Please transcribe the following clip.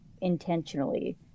intentionally